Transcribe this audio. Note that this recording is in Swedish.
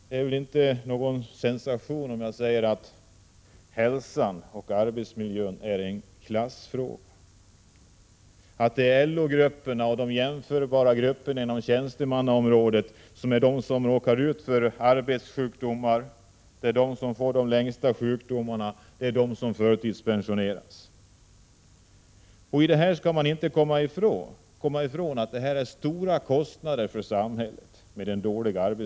Det är väl ingen sensation om jag säger att hälsan och arbetsmiljön är en klassfråga. Det är LO-grupperna och jämförbara grupper inom tjänstemannaområdet som råkar ut för arbetssjukdomar, det är de som får de längsta sjukdomstiderna, det är de som förtidspensioneras. Man kan inte komma ifrån att den dåliga arbetsmiljön medför stora kostnader för samhället.